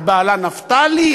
את בעלה נפתלי?